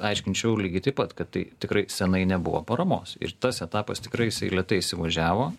aiškinčiau lygiai taip pat kad tai tikrai seniai nebuvo paramos ir tas etapas tikrai jisai lėtai įsivažiavo